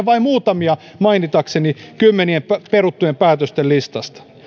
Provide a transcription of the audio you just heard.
vain muutamia mainitakseni kymmenien peruttujen päätösten listasta